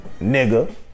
nigga